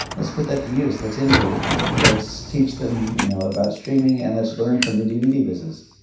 let's put that to use. let's integrate with it. let's teach them you know about streaming and let's learn from the dvd business.